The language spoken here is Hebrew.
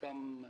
ביום הראשון